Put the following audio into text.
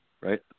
right